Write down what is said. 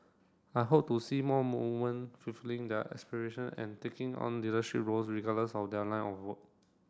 I hope to see more woman fulfilling their aspiration and taking on leadership roles regardless of their line of work